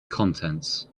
contents